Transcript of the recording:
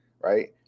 right